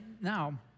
now